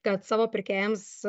kad savo pirkėjams